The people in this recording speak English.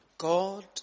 God